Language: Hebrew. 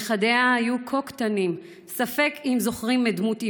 נכדיה היו כה קטנים, וספק אם זוכרים את דמות אימם,